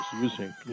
using